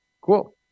Cool